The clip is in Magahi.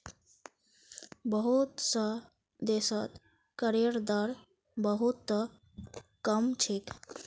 बहुत स देशत करेर दर बहु त कम छेक